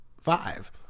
five